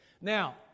Now